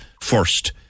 first